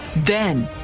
then,